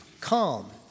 calm